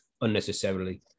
unnecessarily